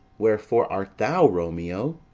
wherefore art thou romeo?